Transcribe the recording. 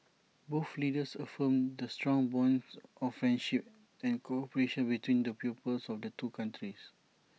both leaders affirmed the strong bonds of friendship and cooperation between the peoples of the two countries